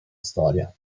storia